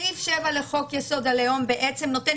סעיף 7 לחוק-יסוד: הלאום בעצם נותן